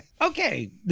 Okay